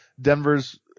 Denver's